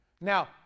Now